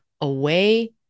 away